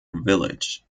village